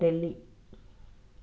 Delhi